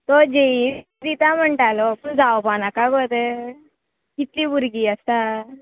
तो जेई दिता म्हणटालो पूण जावपा नाका गो तें कितलीं भुरगीं आसता